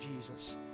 jesus